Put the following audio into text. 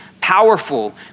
powerful